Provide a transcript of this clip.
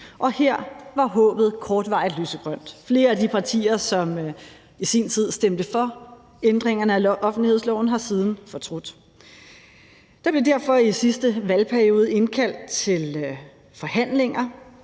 Og her var håbet kortvarigt lysegrønt. Flere af de partier, som i sin tid stemte for ændringerne af offentlighedsloven, har siden fortrudt. Det blev derfor i sidste valgperiode vedtaget, at der